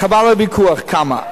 חבל על הוויכוח כמה.